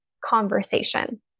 conversation